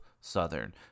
Southern